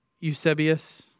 Eusebius